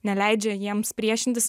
neleidžia jiems priešintis